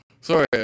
Sorry